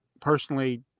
personally